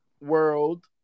world